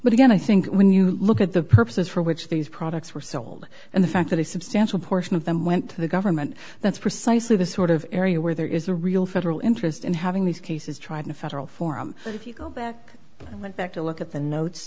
but again i think when you look at the purposes for which these products were sold and the fact that a substantial portion of them went to the government that's precisely the sort of area where there is a real federal interest in having these cases tried in a federal form if you go back and went back to look at the notes